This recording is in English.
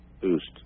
boost